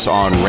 on